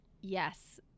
yes